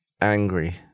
angry